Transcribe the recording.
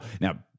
Now